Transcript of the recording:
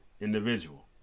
individual